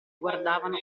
guardavano